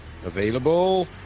Available